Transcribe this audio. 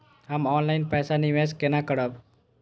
हम ऑनलाइन पैसा निवेश केना करब?